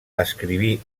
escriví